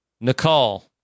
Nicole